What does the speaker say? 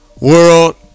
World